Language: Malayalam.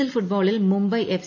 എൽ ഫുട്ബോളിൽ ്മുംബൈ എഫ്